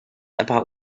about